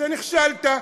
אז נכשלת.